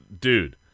dude